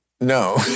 No